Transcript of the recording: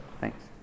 Thanks